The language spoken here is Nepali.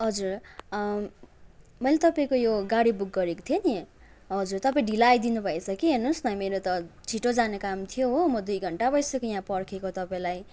हजुर मैले तपाईँको यो गाडी बुक गरेको थिएँ नि हजुर तपाईँ ढिलो आइदिनु भएछ कि हेर्नुहोस् न मेरो त छिटो जाने काम थियो हो म दुई घन्टा भइसक्यो यहाँ पर्खेको तपाईँलाई